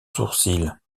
sourcil